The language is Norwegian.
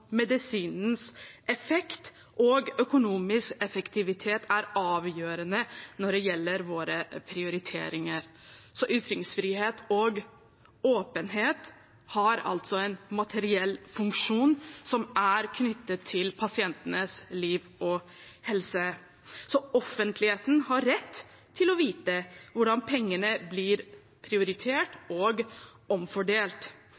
medisinens effekt og økonomisk effektivitet er avgjørende når det gjelder våre prioriteringer. Så ytringsfrihet og åpenhet har altså en materiell funksjon som er knyttet til pasientenes liv og helse. Så offentligheten har rett til å vite hvordan pengene blir